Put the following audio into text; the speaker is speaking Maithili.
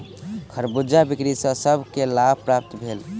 खरबूजा बिक्री सॅ सभ के लाभ प्राप्त भेल